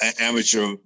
amateur